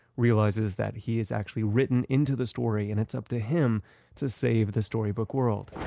realizes that he is actually written into the story and it's up to him to save the storybook world